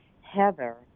Heather